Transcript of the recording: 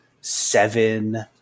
seven